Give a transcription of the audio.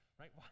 right